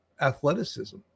athleticism